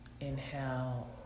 Inhale